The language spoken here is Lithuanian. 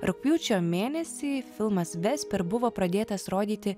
rugpjūčio mėnesį filmas vesper buvo pradėtas rodyti